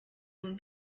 nun